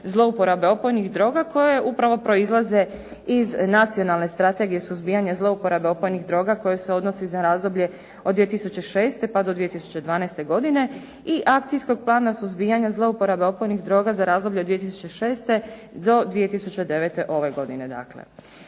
zlouporabe opojnih droga koje upravo proizlaze iz Nacionalne strategije suzbijanja zlouporabe opojnih droga koja se odnosi za razdoblje od 2006. pa do 2012. godine i Akcijskog plana suzbijanja zlouporabe opojnih droga za razdoblje od 2006. do 2009., ove godine